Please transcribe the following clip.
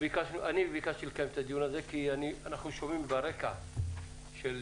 ביקשתי לקיים את הדיון הזה כי אנחנו שומעים ברקע יוזמות,